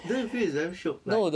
don't you feel is damn shiok like